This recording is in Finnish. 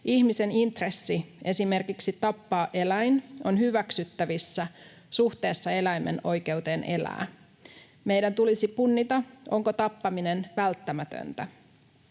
ihmisen intressi esimerkiksi tappaa eläin on hyväksyttävissä suhteessa eläimen oikeuteen elää. Meidän tulisi punnita, onko tappaminen välttämätöntä.